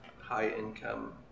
high-income